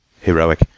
heroic